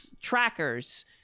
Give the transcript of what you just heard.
trackers